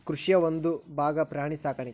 ಕೃಷಿಯ ಒಂದುಭಾಗಾ ಪ್ರಾಣಿ ಸಾಕಾಣಿಕೆ